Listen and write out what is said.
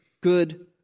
good